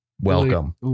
welcome